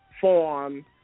form